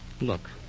Look